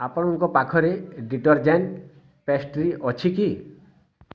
ଆପଣଙ୍କ ପାଖରେ ଡ଼ିଟର୍ଜେଣ୍ଟ୍ ପେଷ୍ଟ୍ରି ଅଛି କି